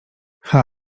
cha